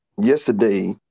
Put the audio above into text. yesterday